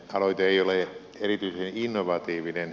aloite ei ole erityisen innovatiivinen